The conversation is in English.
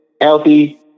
healthy